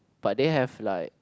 but they have like